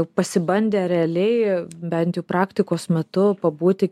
pasibandę realiai bent jau praktikos metu pabūti